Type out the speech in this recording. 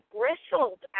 bristled